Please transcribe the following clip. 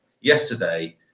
Yesterday